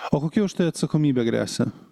o kokia už tai atsakomybė gresia